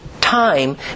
time